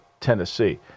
Tennessee